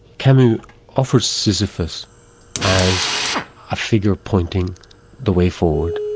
camus offers sisyphus as a figure pointing the way forward.